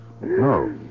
No